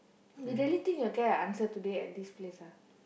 they really think you will get a answer today at this place ah